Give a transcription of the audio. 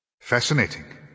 Fascinating